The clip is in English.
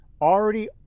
already